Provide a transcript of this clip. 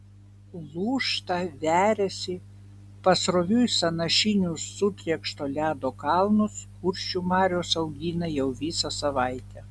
lūžta veriasi pasroviui sąnašinius sutrėkšto ledo kalnus kuršių marios augina jau visą savaitę